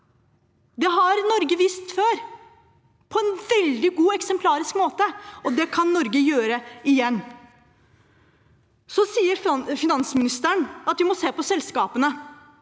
Det har Norge vist før på en veldig god og eksemplarisk måte, og det kan Norge gjøre igjen. Finansministeren sier at vi må se på selskapene.